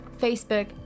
Facebook